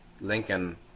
Lincoln